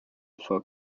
foot